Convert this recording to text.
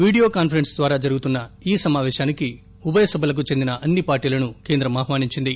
video conference ద్వారా జరుగుతున్న ఈ సమాపేశానికి ఉభయ సభలకు చెందిన అన్ని పార్టీలనూ కేంద్రం ఆహ్వానించింది